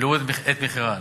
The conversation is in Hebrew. ולהוריד את מחירן,